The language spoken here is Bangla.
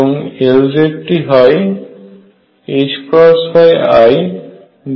এবং Lz টি হয় i∂ϕ